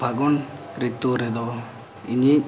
ᱯᱷᱟᱹᱜᱩᱱ ᱨᱤᱛᱩ ᱨᱮᱫᱚ ᱤᱧᱤᱡ